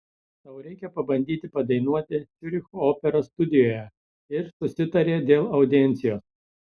tau reikia pabandyti padainuoti ciuricho operos studijoje ir susitarė dėl audiencijos